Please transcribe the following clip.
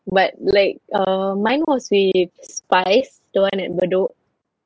but like uh mine was with spice the one at bedok